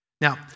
Now